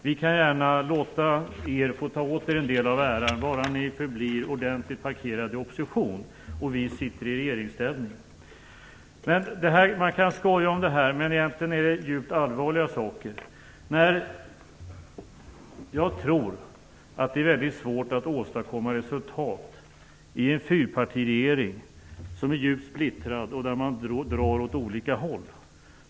Vi kan gärna låta er ta åt er en del av äran - bara ni förblir ordentligt parkerade i opposition och vi sitter i regeringsställning. Man kan skoja om detta, men egentligen är det djupt allvarliga saker. Jag tror att det är väldigt svårt att åstadkomma resultat i en fyrpartiregering som är djupt splittrad, och där man drar åt olika håll.